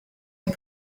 les